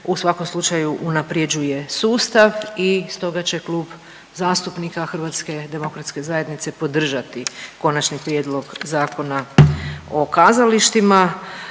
u svakom slučaju unaprjeđuje sustav i stoga će Klub zastupnika HDZ-a podržati Konačni prijedlog Zakona o kazalištima.